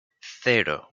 cero